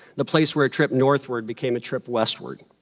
the place where a trip northward became a trip westward.